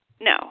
No